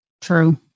True